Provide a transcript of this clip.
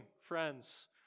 friends